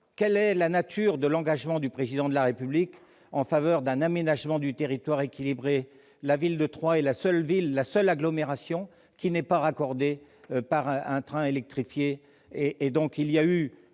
quelle est la nature de l'engagement du Président de la République en faveur d'un aménagement du territoire équilibré ? La ville de Troyes est la seule agglomération qui n'est pas raccordée par un train électrifié ! Pour tenir